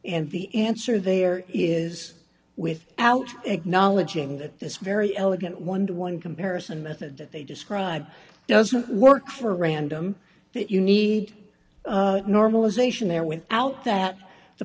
and the answer there is without acknowledging that this very elegant one to one comparison method that they describe doesn't work for random that you need normalization there without that the